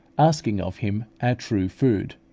asking of him our true food.